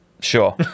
sure